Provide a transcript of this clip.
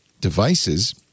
devices